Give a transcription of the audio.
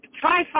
Try